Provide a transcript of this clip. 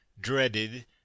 dreaded